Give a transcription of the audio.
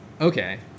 Okay